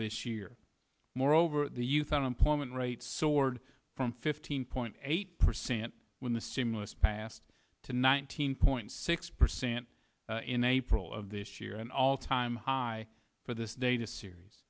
this year moreover the youth unemployment rate soared from fifteen point eight percent when the stimulus passed to nineteen point six percent in april of this year an all time high for this data series